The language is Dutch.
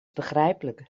begrijpelijk